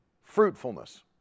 fruitfulness